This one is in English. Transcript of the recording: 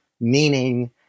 meaning